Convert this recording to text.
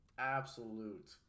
Absolute